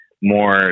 more